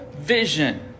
vision